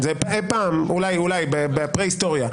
אולי בפרה-היסטוריה.